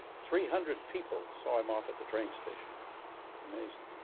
three hundred people saw him off at the train station amazing.